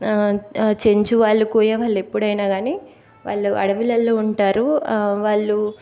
చెంచు వాళ్ళు కోయ వాళ్ళు ఎప్పుడైనా కానీ వాళ్ళు అడవులలో ఉంటారు వాళ్ళు